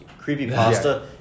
creepypasta